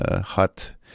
hut